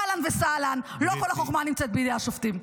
אהלן וסהלן, לא כל החוכמה נמצאת בידי השופטים.